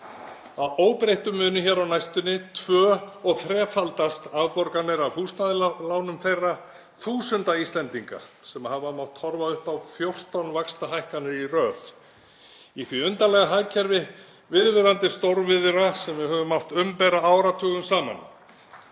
Að óbreyttu munu á næstunni tvö- og þrefaldast afborganir af húsnæðislánum þeirra þúsunda Íslendinga sem hafa mátt horfa upp á 14 vaxtahækkanir í röð í því undarlega hagkerfi viðvarandi stórviðra sem við höfum mátt umbera áratugum saman.